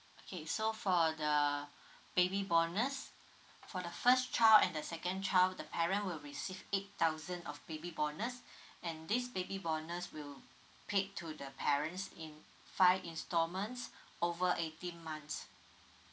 okay so for the baby bonus for the first child and the second child the parent will receive eight thousands of baby bonus and this baby bonus will paid to the parents in five installments over eighteen months